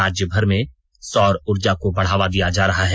राज्यमर में सौर उर्जा को बढ़ावा दिया जा रहा है